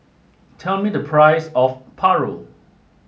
tell me the price of Paru